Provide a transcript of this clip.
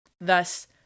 Thus